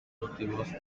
motivos